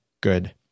good